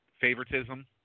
favoritism